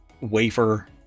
wafer